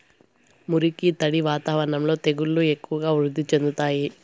మురికి, తడి వాతావరణంలో తెగుళ్లు ఎక్కువగా వృద్ధి చెందుతాయి